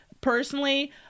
personally